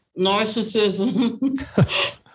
narcissism